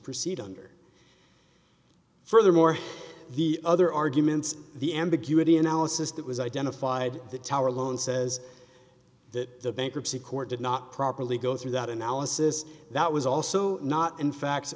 proceed under furthermore the other arguments the ambiguity analysis that was identified the tower alone says that the bankruptcy court did not properly go through that analysis that was also not in fact